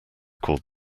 called